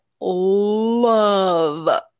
love